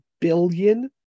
billion